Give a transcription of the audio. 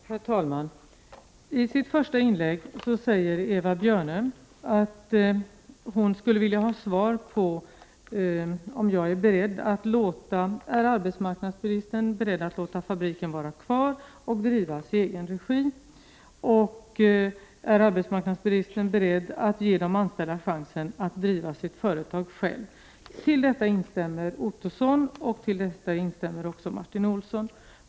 Herr talman! I sitt första inlägg säger Eva Björne att hon skulle vilja ha svar på om arbetsmarknadsministern är beredd att låta fabriken vara kvar och drivasi egen regi. Vidare frågar hon: Är arbetsmarknadsministern beredd att ge de anställda chansen att driva sitt företag själva? I detta instämmer Roy Ottosson och Martin Olsson.